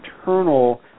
internal